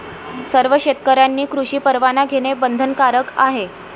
सर्व शेतकऱ्यांनी कृषी परवाना घेणे बंधनकारक आहे